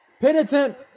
penitent